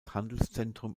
handelszentrum